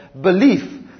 Belief